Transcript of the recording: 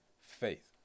faith